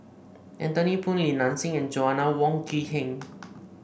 Anthony Poon Li Nanxing and Joanna Wong Quee Heng